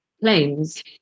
planes